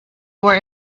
were